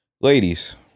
Ladies